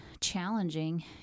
challenging